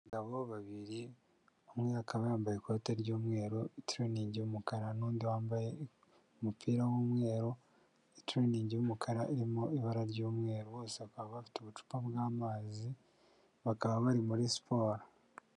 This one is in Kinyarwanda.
Abagabo babiri, umwe akaba yambaye ikoti ry'umweru, itiriningi y'umukara n'undi wambaye umupira w'umweru, itiriningi y'umukara irimo ibara ry'umweru, bose bakaba bafite ubucupa bw'amazi, bakaba bari muri siporo.